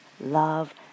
love